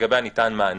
ולגביה ניתן מענה.